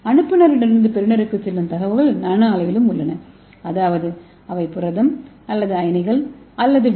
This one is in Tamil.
அனுப்புநரிடமிருந்து பெறுநருக்கு செல்லும் தகவல்கள் நானோ அளவிலும் உள்ளன அதாவது அவை புரதம் அல்லது அயனிகள் அல்லது டி